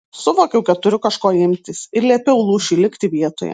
suvokiau kad turiu kažko imtis ir liepiau lūšiui likti vietoje